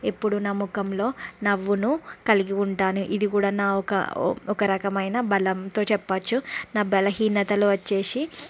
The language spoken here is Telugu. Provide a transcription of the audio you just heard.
ఎప్పుడూ నా మొహంలో నవ్వును కలిగి ఉంటాను ఇది కూడా నా ఒక ఒక రకమైన బలంతో చెప్పవచ్చు నా బలహీనతలు వచ్చేసి